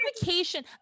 vacation